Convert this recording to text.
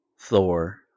Thor